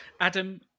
adam